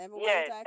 Yes